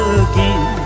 again